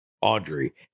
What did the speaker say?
Audrey